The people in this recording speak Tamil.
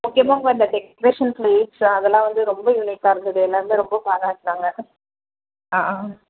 முக்கியமாக அவங்க அந்த டெக்ரேஷன் எய்ம்ஸ் அதெல்லாம் வந்து ரொம்ப யுனிக்காக இருந்தது எல்லாேருமே ரொம்ப பாராட்டினாங்க ஆ ஆ